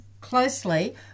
closely